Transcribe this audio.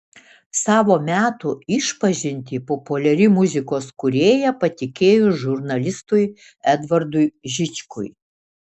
savo metų išpažintį populiari muzikos kūrėja patikėjo žurnalistui edvardui žičkui